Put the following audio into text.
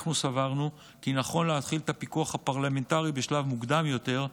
אנחנו סברנו כי נכון להתחיל את הפיקוח הפרלמנטרי בשלב מוקדם יותר,